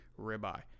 ribeye